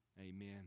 Amen